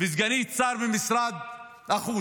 וסגנית שר במשרד החוץ.